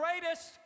greatest